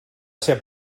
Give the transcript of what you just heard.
seva